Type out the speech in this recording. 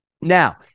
Now